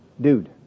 dude